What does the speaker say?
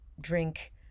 drink